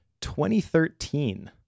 2013